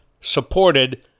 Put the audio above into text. supported